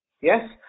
Yes